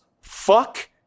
Fuck